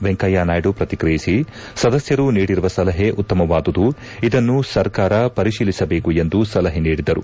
ವೆಂಕಯ್ಯನಾಯ್ಡು ಪ್ರತಿಕ್ರಿಯಿಸಿ ಸದಸ್ಯರು ನೀಡಿರುವ ಸಲಹೆ ಉತ್ತಮವಾದುದು ಇದನ್ನು ಸರ್ಕಾರ ಪರಿಶೀಲಿಸಬೇಕು ಎಂದು ಸಲಹೆ ನೀಡಿದರು